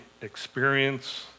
experience